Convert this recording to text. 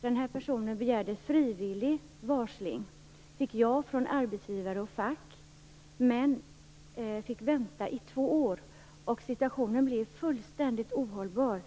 Den här personen begärde frivillig varsling, fick ja från arbetsgivare och fack, men fick vänta i två år. Situationen blev fullständigt ohållbar.